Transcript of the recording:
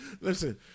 Listen